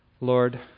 Lord